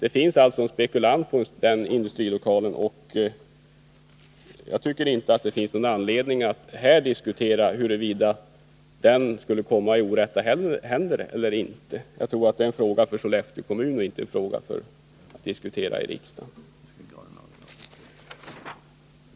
Det finns en spekulant på den industrilokalen, och jag tycker inte att det finns någon anledning att här diskutera huruvida lokalen skulle komma i orätta händer eller inte. Jag tror att det är en fråga för Sollefteå kommun och inte en fråga att diskutera i riksdagen.